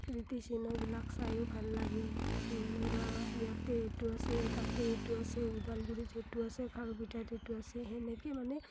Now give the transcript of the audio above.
কীৰ্তিচিহ্নবিলাক চাইয়ো ভাল লাগে যেনেবা ইয়াতে এইটো আছে তাতে এইটো আছে ওদালপুৰিত সেইটো আছে খাৰুপেটিয়াতটো সেইটো আছে সেনেকৈয়ে মানে